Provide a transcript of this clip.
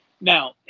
Now